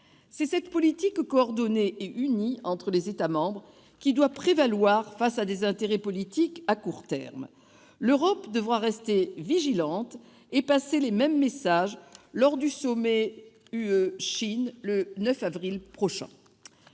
C'est cette politique coordonnée et unie entre les États membres qui doit prévaloir face à des intérêts politiques de court terme. L'Europe devra rester vigilante et passer les mêmes messages lors du sommet Union européenne-Chine le 9 avril prochain.